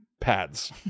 pads